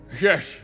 Yes